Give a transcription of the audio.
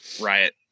riot